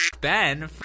Ben